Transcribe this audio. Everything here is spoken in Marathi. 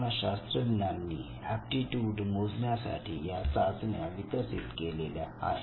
मानसशास्त्रज्ञांनी एप्टीट्यूड मोजण्यासाठी या चाचण्या विकसित केलेल्या आहेत